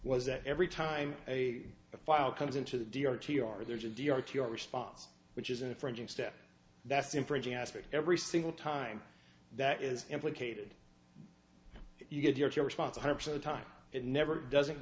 was that every time a file comes into the d r t r there's a d r to your response which is infringing step that's infringing aspect every single time that is implicated you get your chair response a hundred percent of time it never doesn't